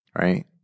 Right